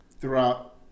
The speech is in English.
throughout